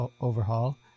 overhaul